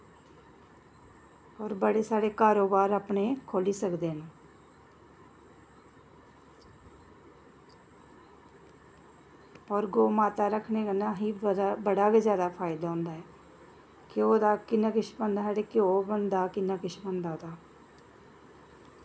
होर बड़े सारे कारोबार अपने खो'ल्ली सकदे न होर गौऽ माता रखने कन्नै असें ई बड़ा गै जादा फायदा होंदा ऐ घ्योऽ दा कि'न्ना किश बनदा साढ़े घ्योऽ बनदा कि'न्ना किश बनदा ओह्दा